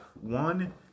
One